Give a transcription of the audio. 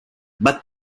but